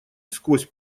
сквозь